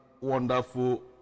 wonderful